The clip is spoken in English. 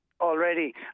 already